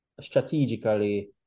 strategically